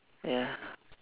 ya